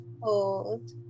hold